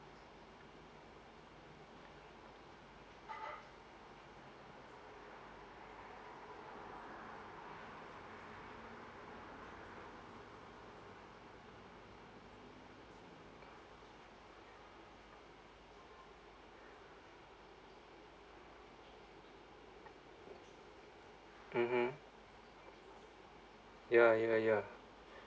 mmhmm ya ya ya